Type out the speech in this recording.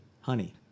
honey